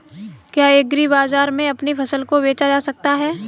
क्या एग्रीबाजार में अपनी फसल को बेचा जा सकता है?